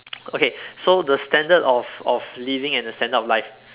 okay so the standard of of living and the standard of life